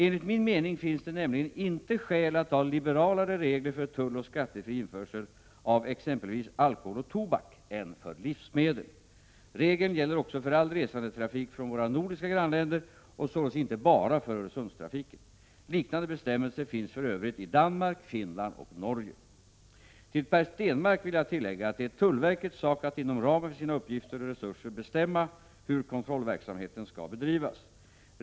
Enligt min mening finns det inte skäl att ha liberalare regler för tulloch skattefri införsel av exempelvis alkohol och tobak än för livsmedel. Regeln gäller också för all resandetrafik från våra nordiska grannländer och således inte bara för Öresundstrafiken. Liknande betämmelser finns för övrigt i Danmark, Finland och Norge. Till Per Stenmarck vill jag tillägga att det är tullverkets sak att inom ramen för sina uppgifter och resurser bestämma hur kontrollverksamheten skall bedrivas.